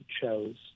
chose